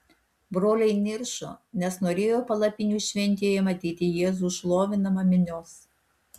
broliai niršo nes norėjo palapinių šventėje matyti jėzų šlovinamą minios